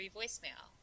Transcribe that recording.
voicemail